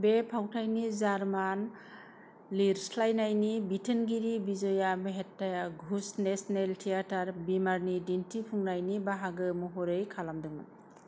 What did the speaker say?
बे फावथायनि जार्मान लिरस्लायनायनि बिथोनगिरि विजया मेहताया घुश नेशनेल थियेटार वीमारनि दिन्थिफुंनायनि बाहागो महरै खालामदोंमोन